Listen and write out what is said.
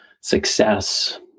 success